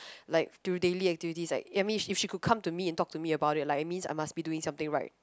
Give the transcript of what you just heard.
like through daily activities like I mean if she could come to me and talk to me about it like it means I must be doing something right